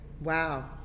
Wow